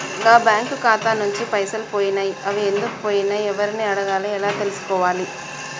నా బ్యాంకు ఖాతా నుంచి పైసలు పోయినయ్ అవి ఎందుకు పోయినయ్ ఎవరిని అడగాలి ఎలా తెలుసుకోవాలి?